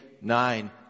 nine